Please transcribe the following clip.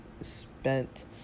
spent